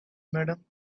madam